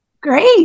Great